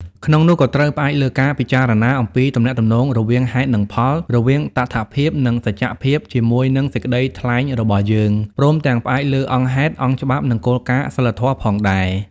ក្នុងនោះ ក៏ត្រូវផ្អែកលើការពិចារណាអំពីទំនាក់ទំនងរវាងហេតុនិងផល រវាងតថភាព និងសច្ចភាពជាមួយនឹងសេចក្ដីថ្លែងរបស់យើង ព្រមទាំងផ្អែកលើអង្គហេតុ អង្គច្បាប់ និងគោលការណ៍សីលធម៌ផងដែរ។